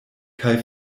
kaj